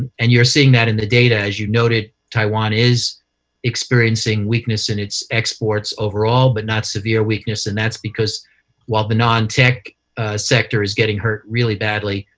and you're seeing that in the data. as you noted, taiwan is experiencing weakness in its exports overall, but not severe weakness, and that's because while the non-tech sector is getting hurt really badly,